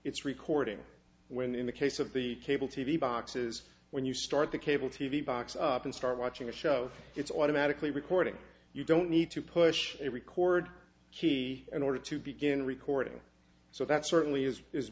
it's recording when in the case of the cable t v boxes when you start the cable t v box up and start watching a show it's automatically recording you don't need to push a record key in order to begin recording so that certainly is is